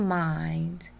mind